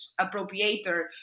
appropriator